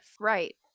Right